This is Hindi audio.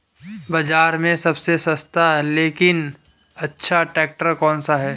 बाज़ार में सबसे सस्ता लेकिन अच्छा ट्रैक्टर कौनसा है?